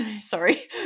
sorry